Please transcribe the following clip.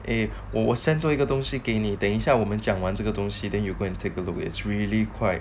eh 我 send 多一个东西给你等一下我们讲完这个东西 then you go and take a look it's really quite